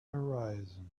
horizon